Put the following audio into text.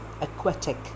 Aquatic